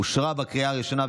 אושרה בקריאה הראשונה,